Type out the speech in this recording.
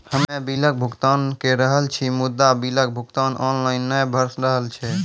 हम्मे बिलक भुगतान के रहल छी मुदा, बिलक भुगतान ऑनलाइन नै भऽ रहल छै?